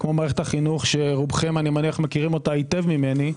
כמו מערכת החינוך שרובכם אני מניח מכירים אותה היטב ממני,